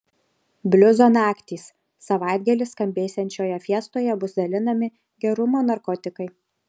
bliuzo naktys savaitgalį skambėsiančioje fiestoje bus dalinami gerumo narkotikai